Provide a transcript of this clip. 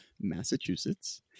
Massachusetts